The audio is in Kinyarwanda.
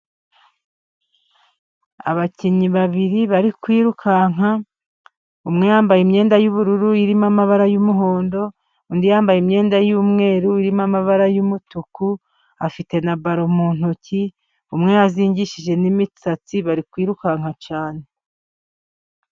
Abakinnyi babiri bari kwirukanka, umwe yambaye imyenda y'ubururu irimo amabara y'umuhondo, undi yambaye imyenda y'umweru irimo amabara y'umutuku, afite na balo mu ntoki, umwe yazingishije n'imisatsi bari kwirukanka cyane.